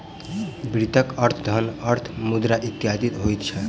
वित्तक अर्थ धन, अर्थ, मुद्रा इत्यादि होइत छै